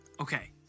Okay